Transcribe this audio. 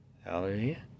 Hallelujah